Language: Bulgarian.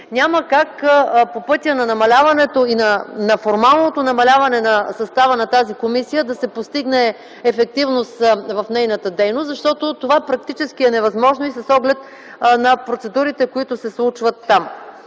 Няма как по пътя на формалното намаляване на състава на тази комисия да се постигне ефективност в нейната дейност. Това практически е невъзможно и с оглед на процедурите, които се случват там.